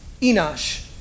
Enosh